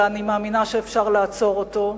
אלא תהליך שאני מאמינה שאפשר לעצור אותו,